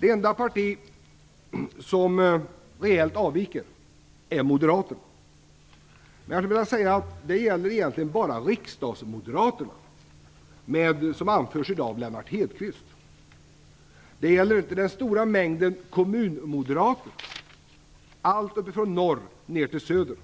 Det enda parti som rejält avviker är Moderaterna. Jag vill dock säga att det egentligen bara gäller riksdagsmoderaterna, som i dag anförs av Lennart Hedquist. Det gäller inte den stora mängden kommunmoderater, allt uppifrån norr ner till söder.